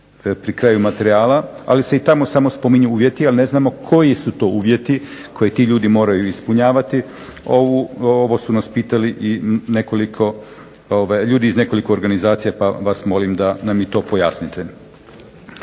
pri kraju materijala, ali se i tamo samo spominju uvjeti, ali ne znamo koji su to uvjeti koji ti ljudi moraju ispunjavati. Ovo su nas pitali ljudi iz nekoliko organizacija, pa vas molim da nam i to pojasnite.